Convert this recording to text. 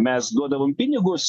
mes duodavom pinigus